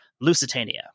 Lusitania